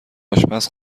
آشپز